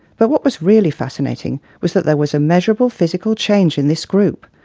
but what was really fascinating was that there was a measurable physical change in this group.